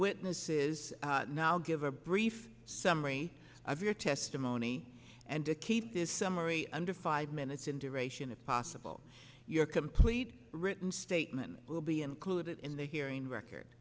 witnesses now give a brief summary of your testimony and to keep this summary under five minutes in duration if possible your complete written statement will be included in the hearing record